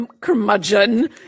curmudgeon